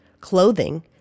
clothing